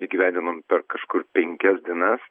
įgyvendinom per kažkur penkias dienas